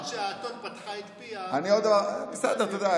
עד שהאתון פתחה את פיה והבינו מה שיש שם.